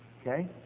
Okay